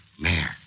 Mayor